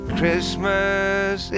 Christmas